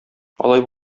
алай